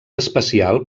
especial